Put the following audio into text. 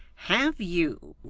have you